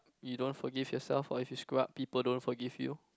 you don't forgive yourself or if you screw up people don't forgive you